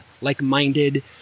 like-minded